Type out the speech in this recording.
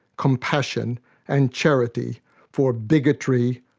compassion and charity for bigotry,